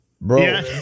bro